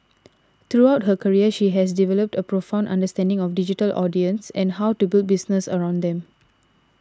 throughout her career she has developed a profound understanding of digital audiences and how to build businesses around them